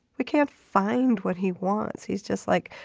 we can't find what he wants. he's just like,